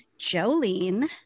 jolene